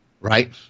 right